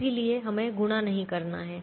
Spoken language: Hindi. इसलिए हमें गुणा नहीं करना है